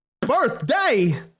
birthday